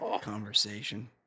conversation